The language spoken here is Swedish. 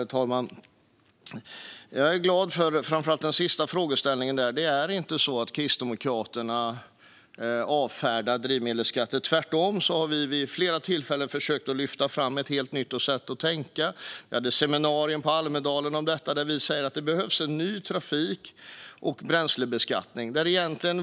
Herr talman! Jag är glad för framför allt den sista frågeställningen. Det är inte så att Kristdemokraterna avfärdar drivmedelsskatter; tvärtom har vi vid flera tillfällen försökt lyfta fram ett helt nytt sätt att tänka. Vi hade ett seminarium i Almedalen om detta, där vi sa att det behövs en ny trafik och bränslebeskattning.